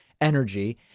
energy